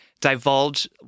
divulge